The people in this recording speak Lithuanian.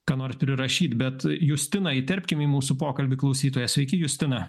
ką nors prirašyt bet justiną įterpkim į mūsų pokalbį klausytoją sveiki justina